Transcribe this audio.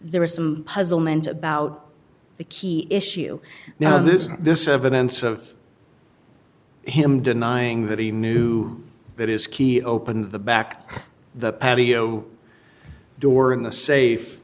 there was some puzzlement about the key issue now this this evidence of him denying that he knew that his key opened the back the patio door in the safe